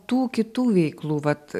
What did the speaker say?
tų kitų veiklų vat